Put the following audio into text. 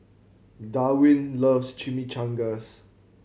Darwin loves Chimichangas